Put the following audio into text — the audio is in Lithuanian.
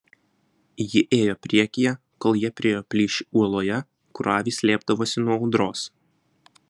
ji ėjo priekyje kol jie priėjo plyšį uoloje kur avys slėpdavosi nuo audros